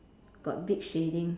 got big shading